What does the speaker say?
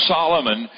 Solomon